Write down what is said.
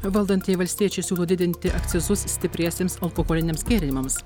valdantieji valstiečiai siūlo didinti akcizus stipriesiems alkoholiniams gėrimams